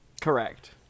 correct